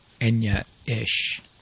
Enya-ish